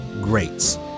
greats